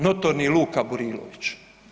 Notorni Luka Burilović.